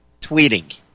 Tweeting